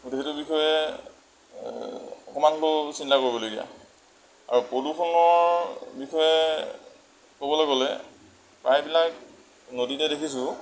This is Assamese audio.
গতিকে সেইটো বিষয়ে অকণমানতো চিন্তা কৰিবলগীয়া আৰু প্ৰদূষণৰ বিষয়ে ক'বলৈ গ'লে প্ৰায়বিলাক নদীতেই দেখিছোঁ